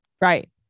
Right